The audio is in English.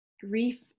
Grief